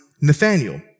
Nathaniel